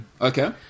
Okay